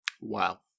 Wow